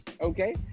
Okay